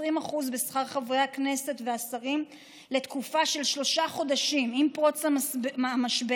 20% בשכר חברי הכנסת והשרים לתקופה של שלושה חודשים עם פרוץ המשבר,